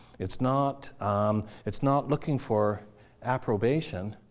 it's not um it's not looking for approbation,